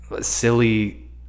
silly